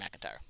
McIntyre